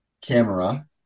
camera